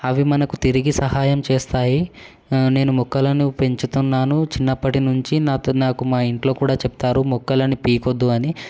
అవి మనకు తిరిగి సహాయం చేస్తాయి నేను మొక్కలను పెంచుతున్నాను చిన్నప్పటి నుంచి నాతో నాకు మా ఇంట్లో కూడా చెప్తారు మొక్కలని పీకొద్దు అని